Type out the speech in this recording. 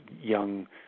young